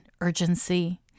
urgency